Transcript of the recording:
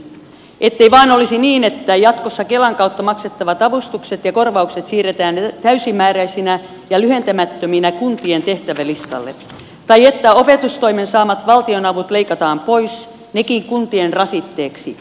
ettei vain olisi niin että jatkossa kelan kautta maksettavat avustukset ja korvaukset siirretään täysimääräisinä ja lyhentämättöminä kuntien tehtävälistalle tai että opetustoimen saamat valtionavut leikataan pois nekin kuntien rasitteeksi